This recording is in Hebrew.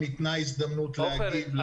ניתנה הזדמנות להגיב.